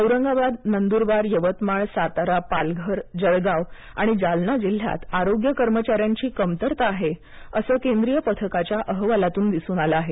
औरंगाबाद नंदूरबार यवतमाळ सातारा पालघर जळगाव आणि जालना जिल्ह्यात आरोग्य कर्मचाऱ्यांची कमतरता आहे असं केंद्रीय पथकांच्या अहवालातून दिसून आलं आहे